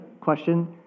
question